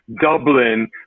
Dublin